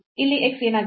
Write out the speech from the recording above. ಇಲ್ಲಿ x ಏನಾಗಿತ್ತು